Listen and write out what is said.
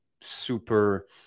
super